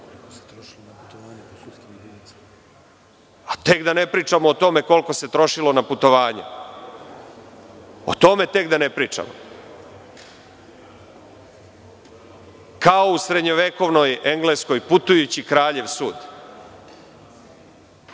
Da ne pričamo o tome koliko se trošilo na putovanja. O tome tek da ne pričamo? Kao u srednjevekovnoj Engleskoj, putujući kraljev sud.